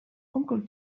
uncle